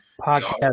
Podcast